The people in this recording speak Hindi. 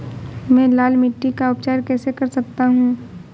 मैं लाल मिट्टी का उपचार कैसे कर सकता हूँ?